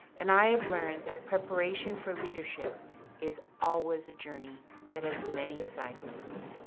and i have learned that preparation for leadership is always a journey that has many side roads.